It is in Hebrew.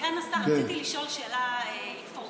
סגן השר, רציתי לשאול שאלה אינפורמטיבית.